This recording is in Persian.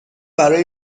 برای